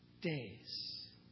days